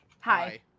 Hi